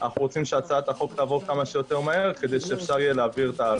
אנחנו רוצים שתעבור כמה שיותר מהר כדי שאפשר יהיה להעביר.